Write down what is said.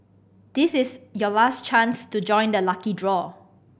this is your last chance to join the lucky draw